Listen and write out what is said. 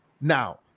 now